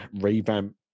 revamp